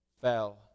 fell